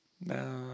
No